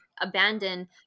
abandon